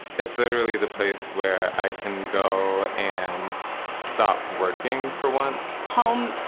it's literally the place where i can go and stop working for once. home,